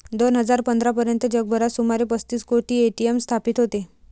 दोन हजार पंधरा पर्यंत जगभरात सुमारे पस्तीस कोटी ए.टी.एम स्थापित होते